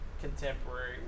contemporary